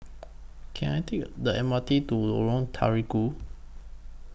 Can I Take A The M R T to Lorong Terigu